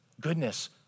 goodness